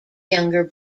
younger